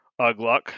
Ugluck